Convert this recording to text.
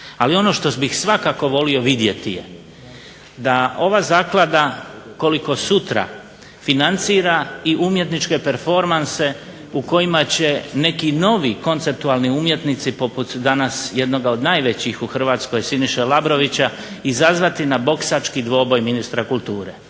Ali ono što bih svakako volio vidjeti da ova zaklada koliko sutra financira i umjetničke performanse u kojima će neki novi konceptualni umjetnici poput danas jednoga od najvećih u Hrvatskoj Siniše Labrovića izazvati na boksački dvoboj ministra kulture.